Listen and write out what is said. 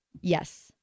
Yes